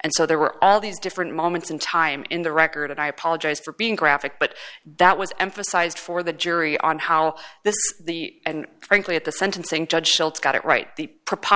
and so there were all these different moments in time in the record and i apologize for being graphic but that was emphasized for the jury on how this and frankly at the sentencing judge schultz got it right the proposed